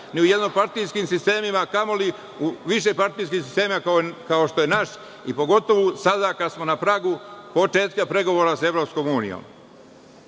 ni u jednopartijskim sistemima, a kamoli u višepartijskim sistemima kao što je naš i pogotovu sada kada smo na pragu početka pregovora sa EU.Ovakvim